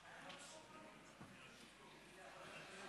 תודה רבה לך,